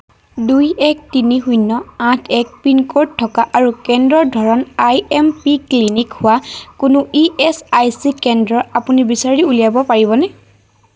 দুই এক তিনি শূণ্য আঠ এক পিনক'ড থকা আৰু কেন্দ্ৰৰ ধৰণ আই এম পি ক্লিনিক হোৱা কোনো ই এচ আই চি কেন্দ্ৰ আপুনি বিচাৰি উলিয়াব পাৰিবনে